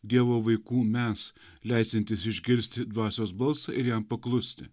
dievo vaikų mes leisiantis išgirsti dvasios balsą ir jam paklusti